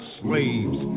slaves